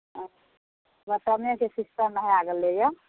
अच्छा समयके सिस्टम भए गेलैए